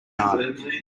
yard